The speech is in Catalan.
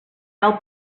cal